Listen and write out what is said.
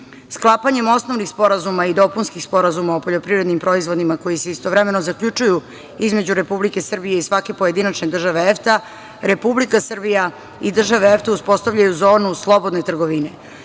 proizvoda. Sklapanjem osnovnih sporazuma i dopunskih sporazuma o poljoprivrednim proizvodima koji se istovremeno zaključuju između Republike Srbije i svake pojedinačne države EFTA, Republika Srbija i države EFTA uspostavljaju zonu slobodne trgovine.